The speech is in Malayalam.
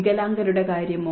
വികലാംഗരുടെ കാര്യമോ